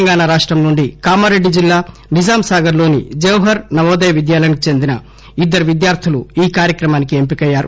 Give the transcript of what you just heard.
తెలంగాణ రాష్టం నుండి కామారెడ్డి జిల్లా నిజాంసాగర్ లోని జవహర్ నవోదయ విద్యాలయానికి చెందిన ఇద్దరు విద్యార్థులు ఈ కార్యక్రమానికి ఎంపికయ్యారు